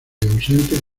ausentes